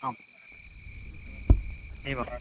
आम् एव वा